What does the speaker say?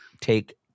take